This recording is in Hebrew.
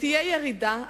תהיה ירידה,